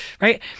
right